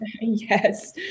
Yes